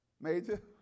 Major